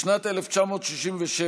בשנת 1967,